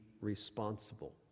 responsible